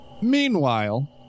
Meanwhile